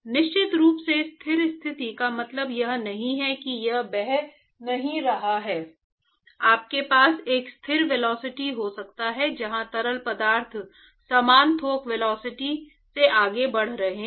निश्चित रूप से स्थिर स्थिति का मतलब यह नहीं है कि यह बह नहीं रहा है आपके पास एक स्थिर वेलोसिटी हो सकता है जहां तरल पदार्थ समान थोक वेलोसिटी से आगे बढ़ रहे हैं